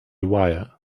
wire